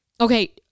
Okay